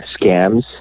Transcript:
scams